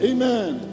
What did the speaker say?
Amen